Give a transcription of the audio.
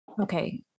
Okay